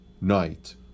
night